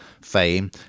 fame